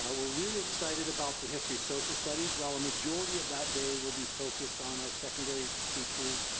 ah we're really excited about the history social studies. while a majority of that day will be focused on our secondary teachers,